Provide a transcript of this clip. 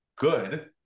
good